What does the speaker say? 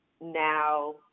now